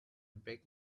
break